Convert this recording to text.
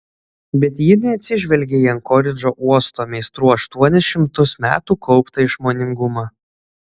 bet ji neatsižvelgė į ankoridžo uosto meistrų aštuonis šimtus metų kauptą išmoningumą